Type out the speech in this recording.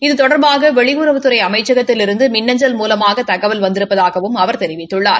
இது தொடா்பாக வெளியுறவுத்துறை அமைச்சகத்திலிருந்து மின் அஞ்சல் மூலமாக தகவல் வந்திருப்பதாகவும் அவர் தெரிவித்துள்ளார்